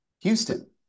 Houston